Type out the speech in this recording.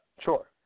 sure